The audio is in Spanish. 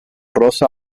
rosa